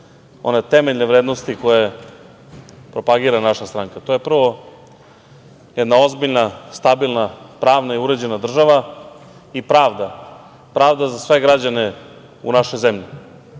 one temeljne vrednosti koje propagira naša stranka. Prvo, to je jedna ozbiljna, stabilna, pravna i uređena država i pravda za sve građane u našoj zemlji.